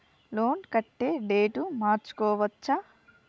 Loan కట్టే date మార్చుకోవచ్చా?